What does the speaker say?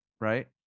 right